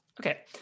okay